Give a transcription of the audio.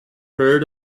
heard